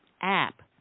app